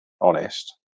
honest